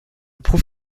prouve